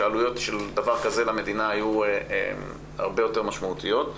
שהעלויות של דבר כזה למדינה היו הרבה יותר משמעותיות,